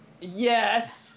Yes